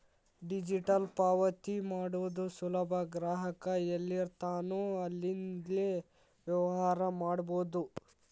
digital ಪಾವತಿ ಮಾಡೋದು ಸುಲಭ ಗ್ರಾಹಕ ಎಲ್ಲಿರ್ತಾನೋ ಅಲ್ಲಿಂದ್ಲೇ ವ್ಯವಹಾರ ಮಾಡಬೋದು